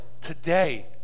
today